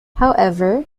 however